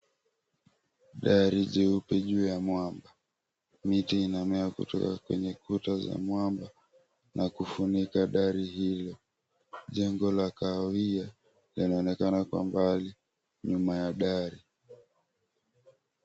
Dari jeupe juu ya mwamba. Miti inamea kutoka kwenye kuta za mwamba na kufunika dari hilo. Jengo la kahawia linaonekana kwa mbali nyuma ya dari.